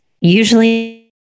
usually